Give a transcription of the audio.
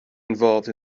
involved